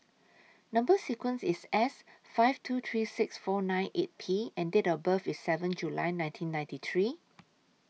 Number sequence IS S five two three six four nine eight P and Date of birth IS seven July nineteen ninety three